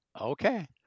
Okay